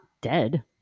dead